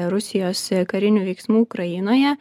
rusijos karinių veiksmų ukrainoje